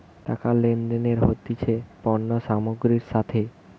টাকা লেনদেন হতিছে পণ্য সামগ্রীর সাথে